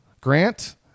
grant